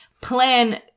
plan